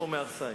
איפה מהרסייך?